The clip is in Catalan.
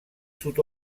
sud